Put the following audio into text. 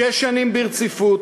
שש שנים ברציפות,